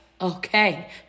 okay